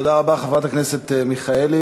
תודה רבה, חברת הכנסת מיכאלי.